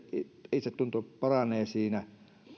itsetunto paranee siinä